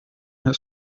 his